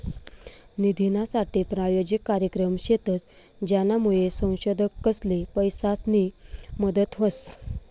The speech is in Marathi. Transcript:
निधीनासाठे प्रायोजित कार्यक्रम शेतस, ज्यानामुये संशोधकसले पैसासनी मदत व्हस